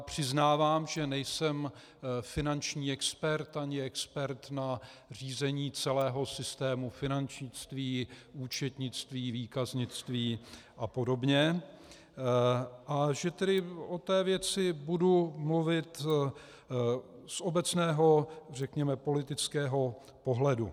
Přiznávám, že nejsem finanční expert ani expert na řízení celého systému finančnictví, účetnictví, výkaznictví a podobně, a že tedy o té věci budu mluvit z obecného, řekněme politického pohledu.